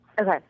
Okay